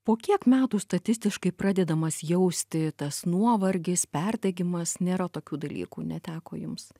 po kiek metų statistiškai pradedamas jausti tas nuovargis perdegimas nėra tokių dalykų neteko jums